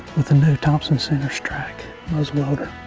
with a new thompson center strike muzzleloader.